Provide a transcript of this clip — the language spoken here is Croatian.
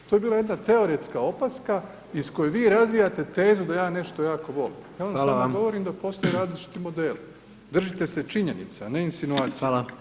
To je bila jedna teoretska opaska iz koje vi razvijate tezu da ja nešto jako volim [[Upadica: Hvala vam]] ja vam samo govorim da postoje različiti modeli, držite se činjenica, a ne insinuacija.